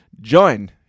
join